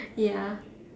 ya